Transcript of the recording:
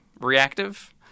reactive